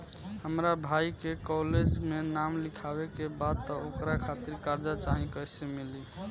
हमरा भाई के कॉलेज मे नाम लिखावे के बा त ओकरा खातिर कर्जा चाही कैसे मिली?